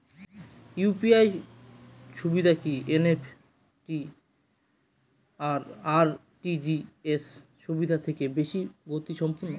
UPI সুবিধা কি NEFT আর আর.টি.জি.এস সুবিধা থেকে বেশি গতিসম্পন্ন?